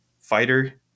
fighter